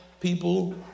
People